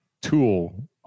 tool